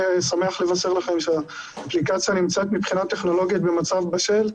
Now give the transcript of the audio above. אני שמח לבשר לכם שמבחינה טכנולוגית היא נמצאת במצב בשל.